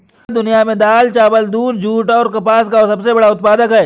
भारत दुनिया में दाल, चावल, दूध, जूट और कपास का सबसे बड़ा उत्पादक है